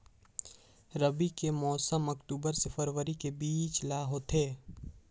रबी कर मौसम अक्टूबर से फरवरी के बीच ल होथे